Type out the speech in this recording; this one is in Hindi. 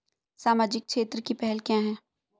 सामाजिक क्षेत्र की पहल क्या हैं?